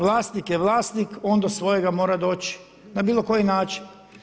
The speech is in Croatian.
Vlasnik je vlasnik i on do svojega mora doći na bilo koji način.